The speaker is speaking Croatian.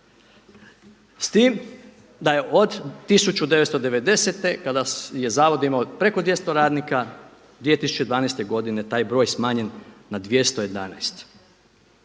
S tim da je od 1990. kada je zavod imao preko 200 radnika 2012. godine taj broj smanjen na 211.